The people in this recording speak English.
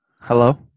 Hello